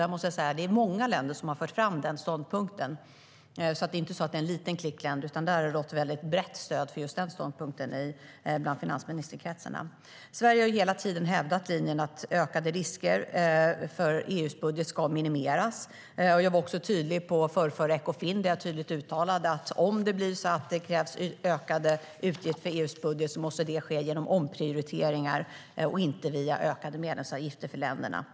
Jag måste säga att det är många länder som har fört fram den ståndpunkten, så det är inte en liten klick länder, utan det är ett brett stöd för just den ståndpunkten i finansministerkretsen. Sverige har hela tiden hävdat linjen att ökade risker för EU:s budget ska minimeras. Jag var tydlig på förrförra Ekofinmötet och uttalade att om det krävs ökade utgifter i EU:s budget måste det ordnas genom omprioriteringar och inte via ökade medlemsavgifter för länderna.